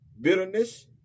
bitterness